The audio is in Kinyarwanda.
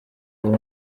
ubu